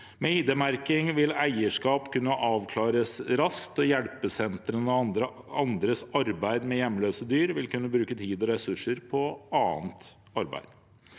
Med ID-merking vil eierskap kunne avklares raskt, og hjelpesentrene og andre som arbeider med hjemløse dyr, vil kunne bruke tid og ressurser på annet arbeid.